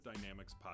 Dynamics